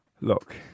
Look